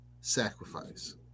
sacrifice